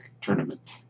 tournament